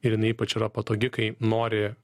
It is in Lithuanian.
ir jinai ypač yra patogi kai nori